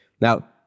Now